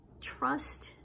trust